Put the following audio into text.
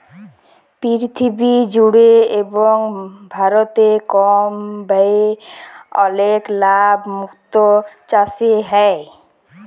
পীরথিবী জুড়ে এবং ভারতে কম ব্যয়ে অলেক লাভ মুক্ত চাসে হ্যয়ে